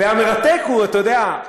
והמרתק הוא, אתה יודע,